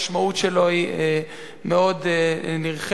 המשמעות שלו היא מאוד נרחבת,